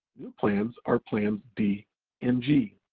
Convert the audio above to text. plans are plans d and g.